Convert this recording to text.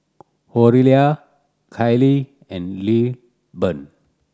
Oralia Kylie and Lilburn